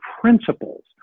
principles